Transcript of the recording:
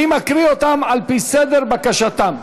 אני מקריא אותם על פי סדר בקשתם.